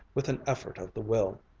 with an effort of the will.